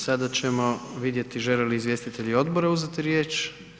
Sada ćemo vidjeti žele li izvjestitelji odbora uzeti riječ?